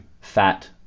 fat